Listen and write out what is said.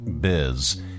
biz